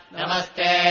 namaste